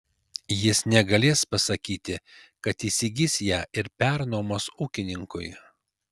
jis negalės pasakyti kad įsigys ją ir pernuomos ūkininkui